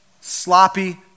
sloppy